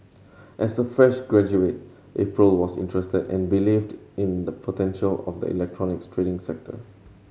as a fresh graduate April was interested and believed in the potential of the electronics trading sector